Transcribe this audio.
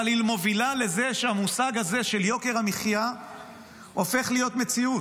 אבל היא מובילה לזה שהמושג הזה של יוקר המחיה הופך להיות מציאות.